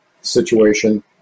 situation